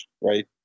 right